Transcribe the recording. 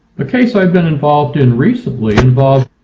a case i've been involved in recently involved